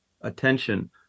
attention